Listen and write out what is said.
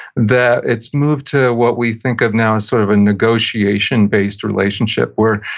that it's moved to what we think of now as sort of a negotiation based relationship where,